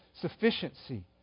sufficiency